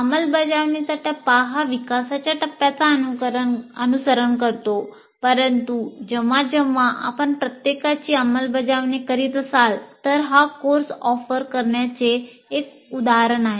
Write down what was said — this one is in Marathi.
अंमलबजावणीचा टप्पा विकासाच्या टप्प्याचा अनुसरण करतो परंतु जेव्हा जेव्हा आपण प्रत्येकाची अंमलबजावणी करीत असाल तर हा कोर्स ऑफर करण्याचे एक उदाहरण आहे